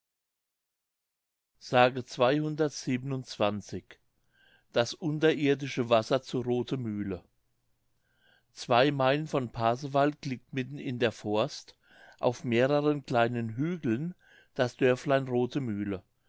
das unterirdische wasser zu rothemühle zwei meilen von pasewalk liegt mitten in der forst auf mehreren kleinern hügeln das dörflein rothemühle